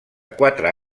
quatre